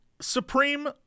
Supreme